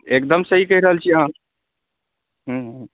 एकदम सही कहि रहल छी अहाँ हुँ